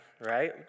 right